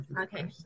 okay